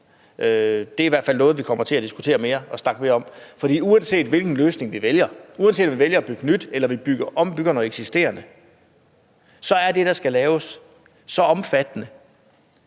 Det er i hvert fald noget, vi kommer til at diskutere mere og snakke mere om. For uanset hvilken løsning vi vælger, uanset om vi vælger at bygge nyt eller at ombygge noget eksisterende, så er det, der skal laves, så omfattende,